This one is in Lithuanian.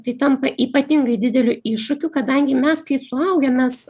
tai tampa ypatingai dideliu iššūkiu kadangi mes kai suaugę mes